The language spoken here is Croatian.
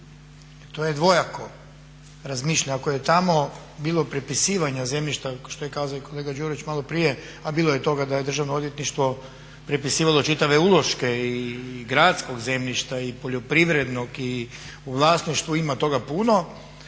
To je dvojako razmišljanje. Ako je tamo bilo prepisivanja zemljišta što je kazao i kolega Đurović maloprije, a bilo je toga da je državno odvjetništvo prepisivalo čitave uloške i gradskog zemljišta, i poljoprivrednog, i u vlasništvu ima toga puno,